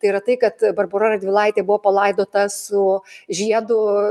tai yra tai kad barbora radvilaitė buvo palaidota su žiedu